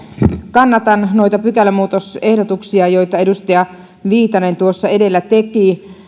kannatan noita pykälämuutosehdotuksia jotka edustaja viitanen tuossa edellä teki